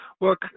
Look